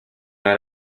una